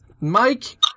Mike